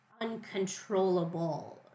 uncontrollable